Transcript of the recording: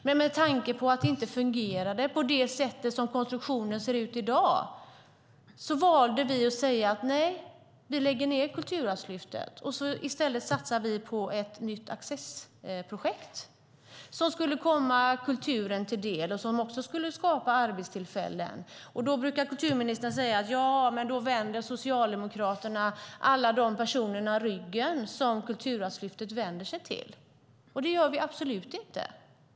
Men med tanke på att det inte fungerade med den konstruktion som det har valde vi att säga: Nej, vi lägger ned Kulturarvslyftet, och i stället satsar vi på ett nytt accessprojekt, som skulle komma kulturen till del och som också skulle skapa arbetstillfällen. Då brukar kulturministern säga: Ja, men då vänder Socialdemokraterna alla de personer ryggen som Kulturarvslyftet vänder sig till. Det gör vi absolut inte.